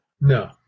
No